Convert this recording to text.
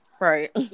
right